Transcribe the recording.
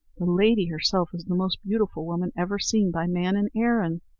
the lady herself is the most beautiful woman ever seen by man in erin.